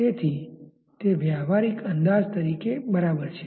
તેથી તે વ્યવહારિક અંદાજ તરીકે બરાબર છે